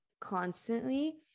constantly